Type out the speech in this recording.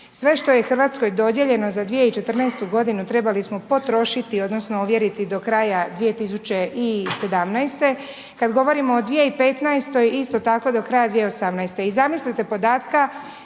sve što je Hrvatskoj dodijeljeno za 2014. g. trebali smo potrošiti, odnosno, ovjeriti do kraja 2017. kada govorimo o 2015. isto tako do kraja 2018.